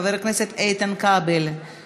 חבר הכנסת איתן כבל,